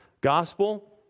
gospel